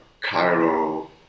Cairo